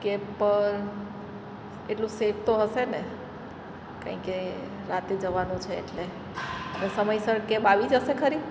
cab પર એટલું safe તો હશેને કારણ કે રાતે જવાનું છે એટલે ને સમયસર કેબ આવી જશે ખરી